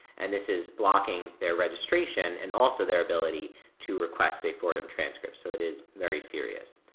and this is blocking their registration, and also their ability to request a fordham transcript, so it is very serious.